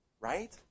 right